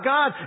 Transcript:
God